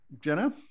Jenna